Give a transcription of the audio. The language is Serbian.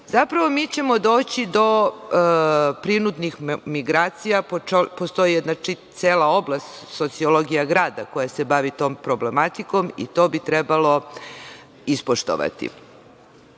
Zapravo, mi ćemo doći do prinudnih migracija postoji jedna cela oblast sociologija grada koja se bavi tom problematikom, i to bi trebalo ispoštovati. Sledeći